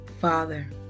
Father